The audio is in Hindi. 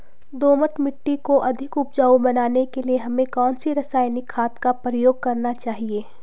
दोमट मिट्टी को अधिक उपजाऊ बनाने के लिए हमें कौन सी रासायनिक खाद का प्रयोग करना चाहिए?